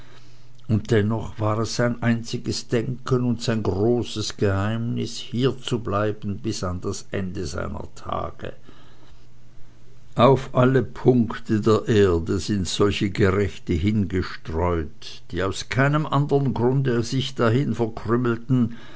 und dennoch war es sein einziges denken und sein großes geheimnis hier zu bleiben bis an das ende seiner tage auf alle punkte der erde sind solche gerechte hingestreut die aus keinem andern grunde sich dahin